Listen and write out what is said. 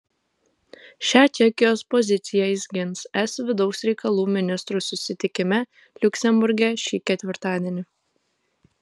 šią čekijos poziciją jis gins es vidaus reikalų ministrų susitikime liuksemburge šį ketvirtadienį